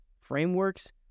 frameworks